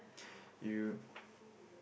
you